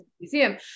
museum